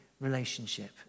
relationship